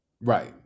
Right